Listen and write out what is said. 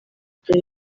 bya